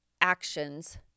actions